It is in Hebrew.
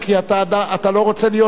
אם היית שר במקום בוגי יעלון,